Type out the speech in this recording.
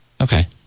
Okay